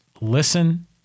listen